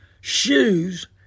shoes